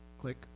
Click